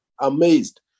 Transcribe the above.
amazed